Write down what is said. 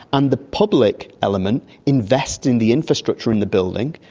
and the public element invests in the infrastructure in the building,